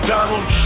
Donald